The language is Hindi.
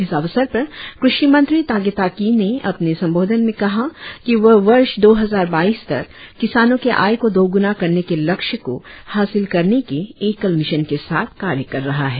इस अवसर पर कृषि मंत्री तागे ताकी न अपने संबोधन में कहा कि वह वर्ष दो हजार बाईस तक किसानों के आय को दोगुना करने के लक्ष्य को हासिल करने के एकल मिशन के साथ कार्य कर रहा हैं